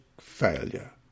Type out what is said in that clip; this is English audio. failure